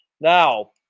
Now